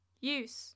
Use